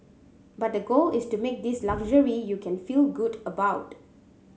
but the goal is to make this luxury you can feel good about